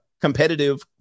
competitive